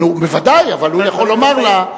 נו, בוודאי, אבל הוא יכול לומר לה: